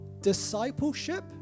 Discipleship